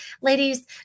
Ladies